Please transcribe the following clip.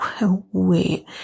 wait